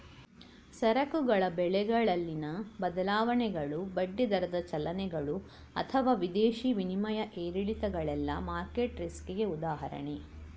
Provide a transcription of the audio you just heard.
ಸರಕುಗಳ ಬೆಲೆಗಳಲ್ಲಿನ ಬದಲಾವಣೆಗಳು, ಬಡ್ಡಿ ದರದ ಚಲನೆಗಳು ಅಥವಾ ವಿದೇಶಿ ವಿನಿಮಯ ಏರಿಳಿತಗಳೆಲ್ಲ ಮಾರ್ಕೆಟ್ ರಿಸ್ಕಿಗೆ ಉದಾಹರಣೆ